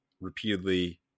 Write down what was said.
repeatedly